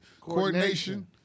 coordination